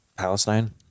Palestine